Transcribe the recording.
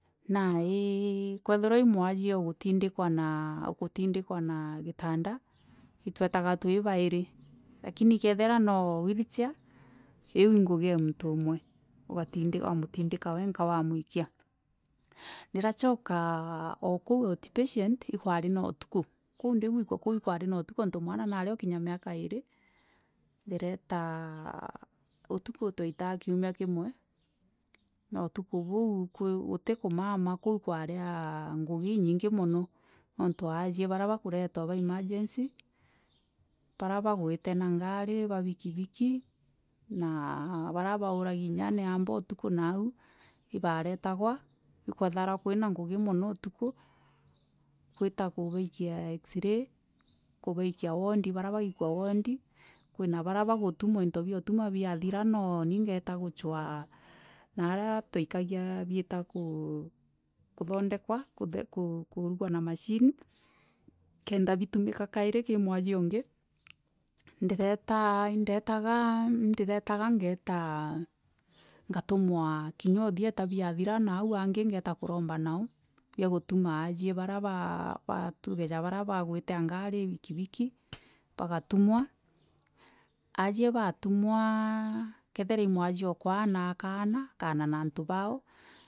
Naiii kwethira mwasie ûgûtindikwa na giranda itweraga rûi bairi. Lakini kwethirwa mwa wheel chair iû, ngûgi e mno wamûtindike wenka wamwikla, ndirachoka o kaû oûtpatient ikwari na ûtûkû koû ndiwikia koû ikwari na ûtûkû ontû mwana nari ohûkinya miaka iri ndirefa istûkû twaifaa kiûmia kimwe na istûkû boi ishi kûmama ikwari a ngûgi inyingi mûno nontû ajie bara bakûretwa ba emagenci bara bagwire na ngari bakiki naa baûragi ni amba ûrûkû naû ibaretagwa, ikwaithagirwa kwina ngûgi mono istûkû kwira kûbaikia exiray kûbaikia wonfi bara bagûikûsa wondi na bara bagûtûmwa oriti bwa istûma biathara noni ngeta gochwa nare twaikaga bieta kûkûthodekwa kithe kûthithûa na mashini kenda bitûmika kairi kairi mwasie wingi. Ndiretaa indetagaa ngaitaa ngatûmwa kinyûo thieta biathira naû angi ngeta kûromba noo biagûrûma asie bara rûge ja bara bagwire ngari bikiki bagatûmwa asie bagatûmwa asie batûmwaa kethira, mwasie okwaana akaana akaana na antû bao.